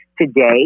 Today